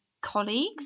colleagues